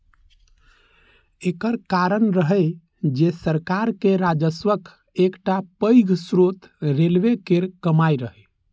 एकर कारण रहै जे सरकार के राजस्वक एकटा पैघ स्रोत रेलवे केर कमाइ रहै